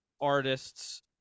artists